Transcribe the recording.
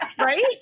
right